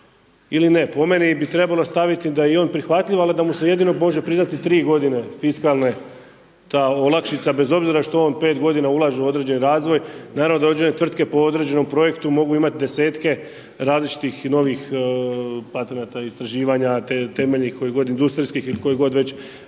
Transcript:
ili ne, po meni bi trebalo ostaviti da je on prihvatljiv ali da mu se jedino može priznati 3 godine fiskalne olakšice bez obzira što on 5 godina ulaže u određeni razvoj. Naravno da određene tvrtke po određenom projektu mogu imati desetke različitih novih patenata istraživanja te temeljenih, kojih god, industrijskih, ili u koju god već